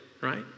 right